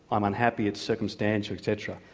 i'm unhappy, it's circumstantial, etc.